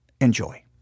Enjoy